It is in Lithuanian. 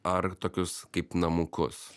ar tokius kaip namukus